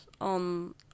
on